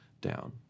down